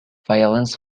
violence